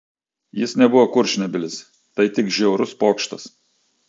jis nebuvo kurčnebylis tai tik žiaurus pokštas